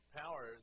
power